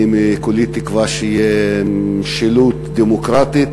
אני כולי תקווה שתהיה משילות דמוקרטית